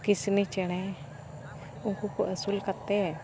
ᱠᱤᱥᱱᱤ ᱪᱮᱬᱮ ᱩᱱᱠᱩ ᱠᱚ ᱟᱹᱥᱩᱞ ᱠᱟᱛᱮ